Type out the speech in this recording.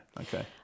okay